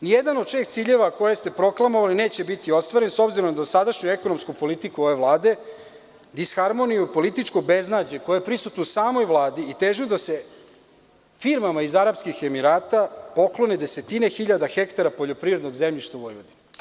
Ni jedan od šest ciljeva koje ste proklamovali neće biti ostvaren, s obzirom da sadašnju ekonomsku politiku ove Vlade, disharmoniju, političko beznađe koje je prisutno u samoj Vladi i težnja da se firmama iz Arapskih Emirata poklone desetine hiljada hektara poljoprivrednog zemljišta u Vojvodini.